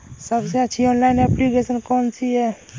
सबसे अच्छी online application कौन सी है?